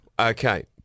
Okay